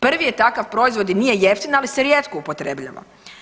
Prvi je takav proizvod i nije jeftin, ali se rijetko upotrebljava.